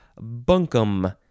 bunkum